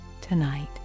tonight